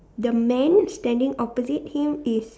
the man standing opposite him is